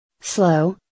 slow